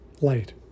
Light